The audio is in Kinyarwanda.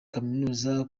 kaminuza